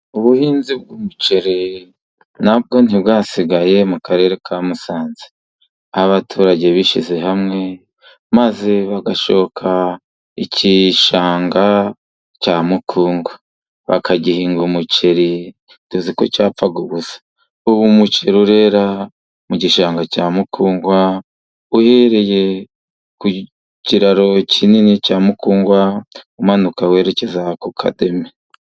Ubuhinzi bw'umuceri na bwo ntibwasigaye mu karere ka Musanze, aho abaturage bishyize hamwe maze bagashoka igishanga cya Mukungwa bakagihinga umuceri nduziko cyapfaga ubusa .Ubu umuceri urera mu gishanga cya Mukungwa, uhereye ku kiraro kinini cya Mukungwa umanuka werekeza aha ku kademi.